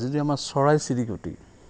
যদি আমাৰ চৰাই চিৰিকটি